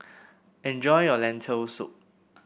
enjoy your Lentil Soup